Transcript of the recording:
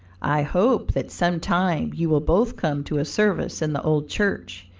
i hope that some time you will both come to a service in the old church,